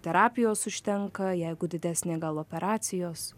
terapijos užtenka jeigu didesnė gal operacijos